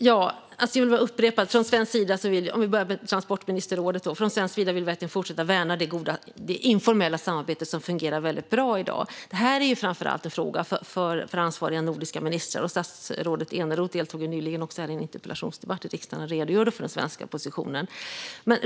Herr talman! Jag vill upprepa det jag sa och börjar med transportministerrådet. Från svensk sida vill vi fortsätta värna det informella samarbete som fungerar väldigt bra i dag. Det här är en fråga för framför allt ansvariga nordiska ministrar. Statsrådet Eneroth deltog nyligen i en interpellationsdebatt här i riksdagen och redogjorde för den svenska positionen.